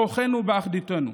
כוחנו באחדותנו.